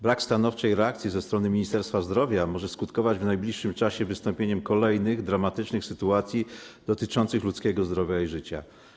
Brak stanowczej reakcji ze strony Ministerstwa Zdrowia może skutkować w najbliższym czasie wystąpieniem kolejnych dramatycznych sytuacji, które dotyczą ludzkiego zdrowia i życia.